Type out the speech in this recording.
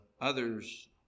others